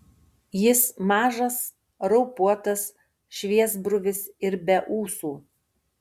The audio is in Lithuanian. jis mažas raupuotas šviesbruvis ir be ūsų